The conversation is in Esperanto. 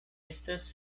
estas